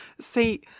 See